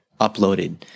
uploaded